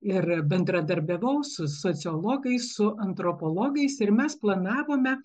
ir bendradarbiavau su sociologais su antropologais ir mes planavome